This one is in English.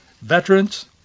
veterans